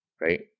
right